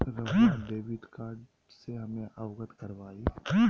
रहुआ debit card से हमें अवगत करवाआई?